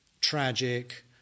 tragic